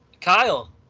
Kyle